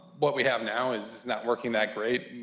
what we have now is is not working that great.